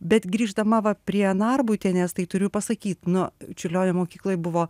bet grįždama va prie narbutienės tai turiu pasakyt nu čiurlionio mokykloj buvo